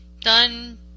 done